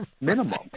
minimum